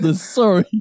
Sorry